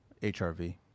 hrv